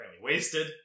wasted